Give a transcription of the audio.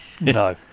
No